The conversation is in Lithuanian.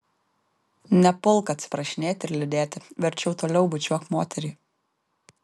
nepulk atsiprašinėti ir liūdėti verčiau toliau bučiuok moterį